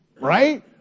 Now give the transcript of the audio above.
Right